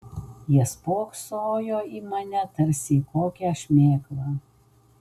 jie spoksojo į mane tarsi į kokią šmėklą